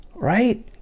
Right